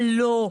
אבל לא,